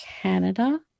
Canada